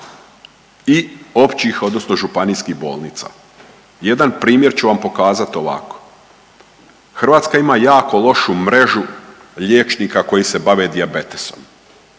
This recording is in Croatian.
i općih odnosno županijskih bolnica. Jedan primjer ću vam pokazat ovako. Hrvatska ima jako lošu mrežu liječnika koji se bave dijabetisom.